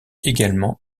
également